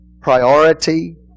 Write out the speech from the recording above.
Priority